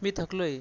मी थकलो आहे